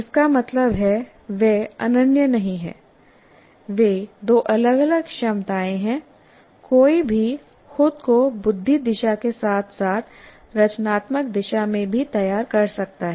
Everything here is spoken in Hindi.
इसका मतलब है वे अनन्य नहीं हैं वे दो अलग अलग क्षमताएं हैं कोई भी खुद को बुद्धि दिशा के साथ साथ रचनात्मक दिशा में भी तैयार कर सकता है